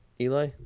Eli